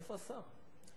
איפה השר?